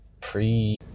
pre